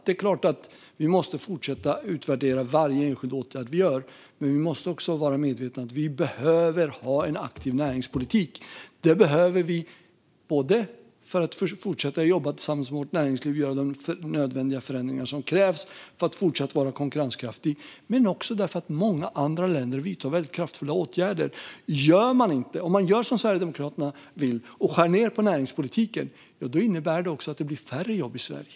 Det är klart att vi måste fortsätta att utvärdera varje enskild åtgärd, men vi måste också vara medvetna om att vi behöver en aktiv näringspolitik. Det behöver vi både för att fortsätta jobba tillsammans med vårt näringsliv och göra de förändringar som krävs för att fortsatt vara konkurrenskraftiga och för att många andra länder vidtar väldigt kraftfulla åtgärder. Om man gör som Sverigedemokraterna vill och skär ned på näringspolitiken innebär det också att det blir färre jobb i Sverige.